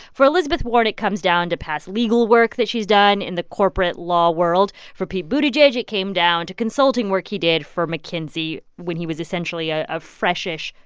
for elizabeth warren, it comes down to past legal work that she's done in the corporate law world. for pete buttigieg, it came down to consulting work he did for mckinsey when he was essentially a ah fresh-ish,